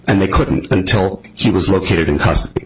and they couldn't until he was located in custody